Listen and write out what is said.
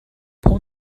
pull